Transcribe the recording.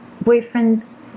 boyfriend's